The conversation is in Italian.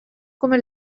come